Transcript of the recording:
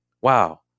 Wow